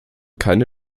keine